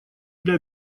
для